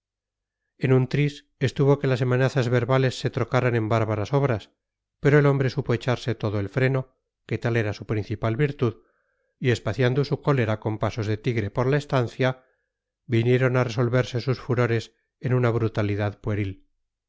en un tris estuvo que las amenazas verbales se trocaran en bárbaras obras pero el hombre supo echarse todo el freno que tal era su principal virtud y espaciando su cólera con pasos de tigre por la estancia vinieron a resolverse sus furores en una brutalidad pueril